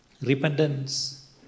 Repentance